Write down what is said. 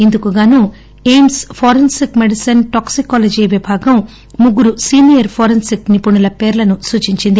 ఇందుకుగాను AIIMS forensic medicine toxicology విభాగం ముగ్గురు senior forensic నిపుణుల పేర్లను సూచించింది